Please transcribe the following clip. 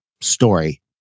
story